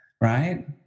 right